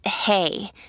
hey